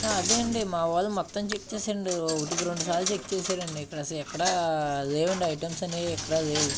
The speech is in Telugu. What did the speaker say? అదే అండి మా వాళ్ళు మొత్తం చెక్ చేసిండు ఒకటికి రెండుసార్లు చెక్ చేశారండి ఇక్కడ అసలు ఇక్కడెక్కడ లేవండి ఐటమ్స్ అనేవి ఎక్కడా లేవు